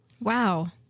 Wow